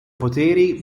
poteri